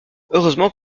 heureusement